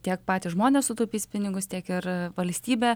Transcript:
tiek patys žmonės sutaupys pinigus tiek ir valstybė